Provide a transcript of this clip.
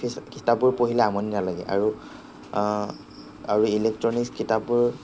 কিতাপবোৰ পঢ়িলে আমনি নালাগে আৰু আৰু ইলেকট্ৰনিকচ কিতাপবোৰ